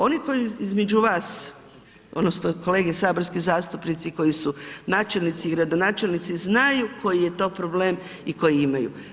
Oni koji između vas odnosno kolege saborski zastupnici koji su načelnici i gradonačelnici znaju koji je to problem i koji imaju.